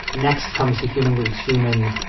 next comes the human leaves human.